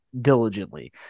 diligently